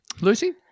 Lucy